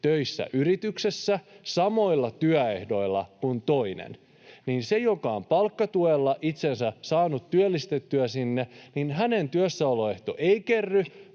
töissä yrityksessä samoilla työehdoilla kuin toinen, että sen, joka on palkkatuella itsensä saanut työllistettyä sinne, työssäoloehto ei kerry